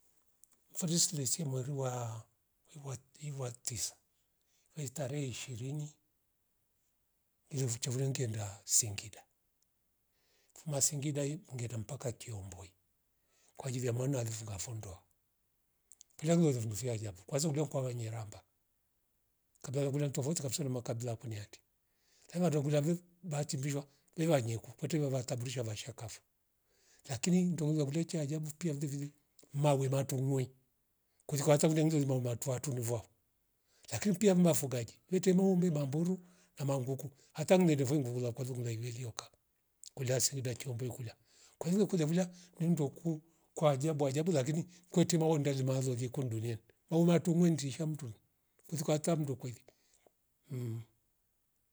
Furisilesile weru wa iwaat- iwatisa me tarehe ishirini, revucha varenge ngianda singida fuma singida yi hungeta mpaka tiomboi kwa ajili ya mwana ale funga fondoa. Kira lweuje fumiriavo kwazo ndokwa wanyeramab kabila rakula ntafouti na makabila ya kunyati henwa takul vyuvu bati vilmshrwa hewanyeku kute wawa tambrisha vasha kafo lakini mndo mlakule cha ajabu pia vilevile mawe matungwei kozikwata uremzile limoma twatu nevwa lakini pia vima fugaji vete noombi mamburu na mangoku hata ngele voinduvula koli mlaivelia oka kulia segida chombo ikula kwaile kuliya vula ni mndoku kwa ajabu ajabu lakini maondali maazo ziekundule muava tumwe ndishamtule futusa kacha mndokweli mhh